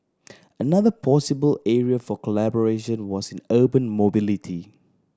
another possible area for collaboration was in urban mobility